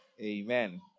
Amen